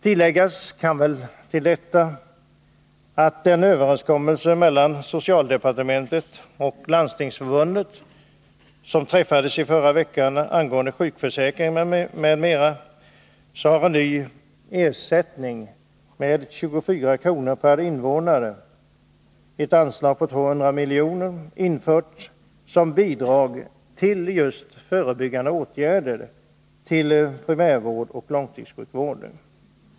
Tilläggas kan att det i den överenskommelse mellan socialdepartementet och Landstingsförbundet som träffades i förra veckan angående sjukförsäkringen m.m. ingår en ny ersättning med 24 kr. per innevånare, ett anslag på 200 milj.kr. som bidrag till just förebyggande åtgärder, primärvård och långtidssjukvård.